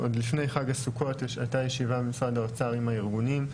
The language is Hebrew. עוד לפני חג הסוכות הייתה ישיבה במשרד האוצר עם הארגונים.